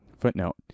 footnote